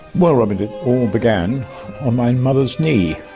well, robyn, it all began on my and mother's knee.